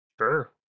Sure